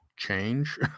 change